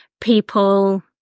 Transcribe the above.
people